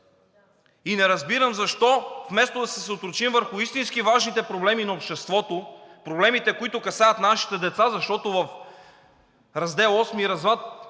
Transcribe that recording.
Не разбирам защо вместо да се съсредоточим върху истински важните проблеми на обществото – проблемите, които касаят нашите деца, защото в Раздел VIII